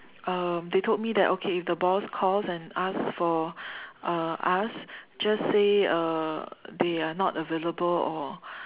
um they told me that okay if the boss calls and ask for uh us just say uh they are not available or